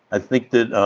i think that